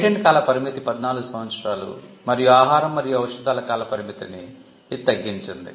patent కాల పరిమితి 14 సంవత్సరాలు మరియు ఆహారం మరియు ఔషదాలు కాల పరిమితిని ఇది తగ్గించింది